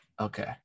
okay